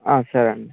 సరే అండి